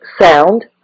sound